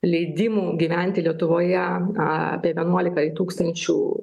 leidimų gyventi lietuvoje apie vienuolika tūkstančių